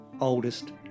oldest